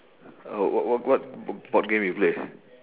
uh wha~ wha~ what bo~ board game you play